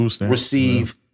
receive—